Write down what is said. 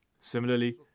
Similarly